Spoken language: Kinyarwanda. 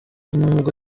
n’ubwo